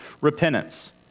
repentance